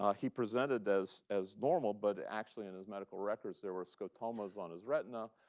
he presented as as normal, but actually in his medical records there were scotomas on his retina,